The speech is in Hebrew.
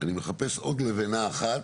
אני מחפש עוד לבנה אחת.